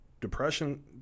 depression